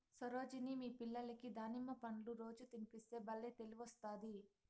సరోజిని మీ పిల్లలకి దానిమ్మ పండ్లు రోజూ తినిపిస్తే బల్లే తెలివొస్తాది